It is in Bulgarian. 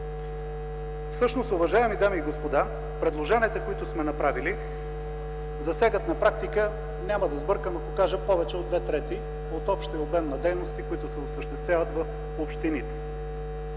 Всъщност, уважаеми дами и господа, предложенията, които сме направили, засягат на практика – няма да сбъркам, ако кажа – повече от две трети от общия обем на дейности, които се осъществяват в общините: